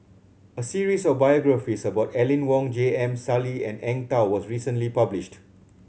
a series of biographies about Aline Wong J M Sali and Eng Tow was recently published